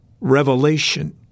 revelation